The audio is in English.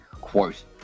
Quote